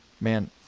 Man